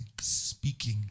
speaking